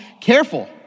careful